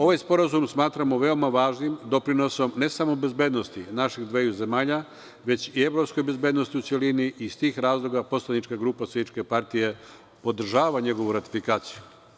Ovaj sporazum smatramo veoma važnim doprinosom ne samo bezbednosti naših dveju zemalja već i evropskoj bezbednosti u celini i iz tih razloga poslanička grupa SPS podržava njegovu ratifikaciju.